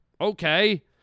Okay